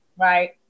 right